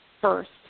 first